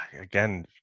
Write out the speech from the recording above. again